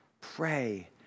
Pray